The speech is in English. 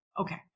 Okay